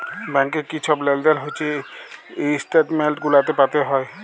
ব্যাংকে কি ছব লেলদেল হছে ইস্ট্যাটমেল্ট গুলাতে পাতে হ্যয়